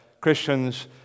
Christians